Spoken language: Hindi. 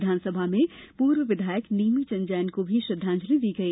विधानसभा में पूर्व विधायक नेमीचंद जैन को भी श्रद्धांजलि दी गई